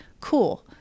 cool